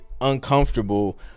uncomfortable